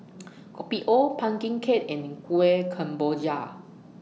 Kopi O Pumpkin Cake and Kueh Kemboja